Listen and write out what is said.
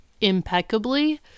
impeccably